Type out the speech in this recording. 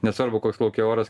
nesvarbu koks lauke oras